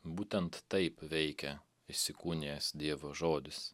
būtent taip veikia įsikūnijęs dievo žodis